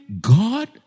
God